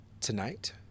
tonight